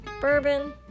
Bourbon